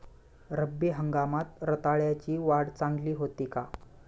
रब्बी हंगामात रताळ्याची वाढ चांगली होते का?